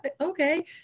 Okay